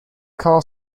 car